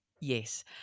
Yes